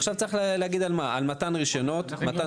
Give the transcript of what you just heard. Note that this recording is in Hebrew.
עכשיו צריך להגיד על מתן רישיונות ועל מתן פטור.